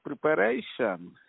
preparation